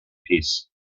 peace